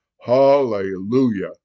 Hallelujah